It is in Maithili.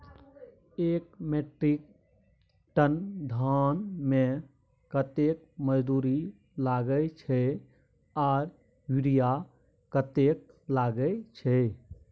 एक मेट्रिक टन धान में कतेक मजदूरी लागे छै आर यूरिया कतेक लागे छै?